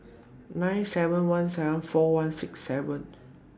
nine seven one seven four one six seven